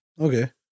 Okay